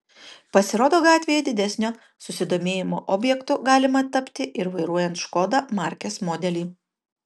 pasirodo gatvėje didesnio susidomėjimo objektu galima tapti ir vairuojant škoda markės modelį